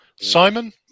Simon